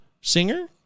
Singer